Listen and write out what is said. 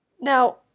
Now